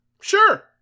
Sure